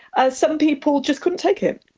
ah some people just couldn't take it,